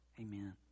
Amen